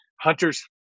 hunters